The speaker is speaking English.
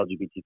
LGBT